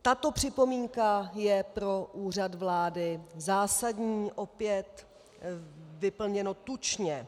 Tato připomínka je pro Úřad vlády zásadní, opět vyplněno tučně.